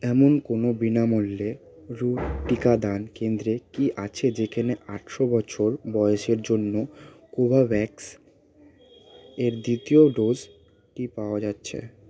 এমন কোনো বিনামূল্যে টিকাদান কেন্দ্রে কি আছে যেখানে আঠেরো বছর বয়সের জন্য কোভোভ্যাক্স এর দ্বিতীয় ডোজ টি পাওয়া যাচ্ছে